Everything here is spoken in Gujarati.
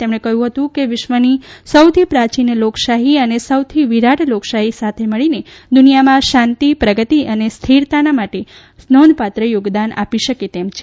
તેમણે કહ્યું હતું કે વિશ્વ ની સૌથી પ્રાચીન લોકશાહી અને સૌથી વિરાટ લોકશાહી સાથે મળી ને દુનિયા માં શાંતિ પ્રગતિ અને સ્થિરતા માટે નોંધપાત્ર યોગદાન આપી શકે તેમ છે